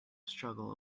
struggle